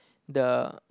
the